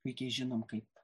puikiai žinome kaip